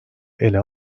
ele